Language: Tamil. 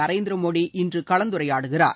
நரேந்திர மோடி இன்று கலந்துரையாடுகிறார்